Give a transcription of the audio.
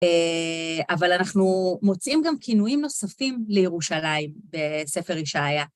אבל אנחנו מוצאים גם כינויים נוספים לירושלים בספר ישעיה.